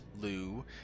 Lou